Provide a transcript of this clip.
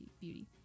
beauty